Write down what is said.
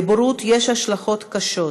לבורות יש השלכות קשות,